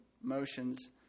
motions